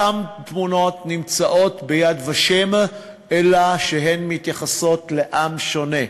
אותן תמונות נמצאות ב"יד ושם" אלא שהן מתייחסות לעם שונה.